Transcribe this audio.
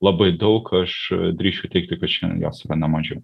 labai daug aš drįsčiau teigti kad šiandien jos yra ne mažiau